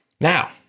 Now